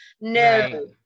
no